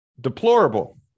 deplorable